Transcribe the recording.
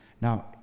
Now